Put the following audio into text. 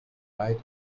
right